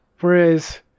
Whereas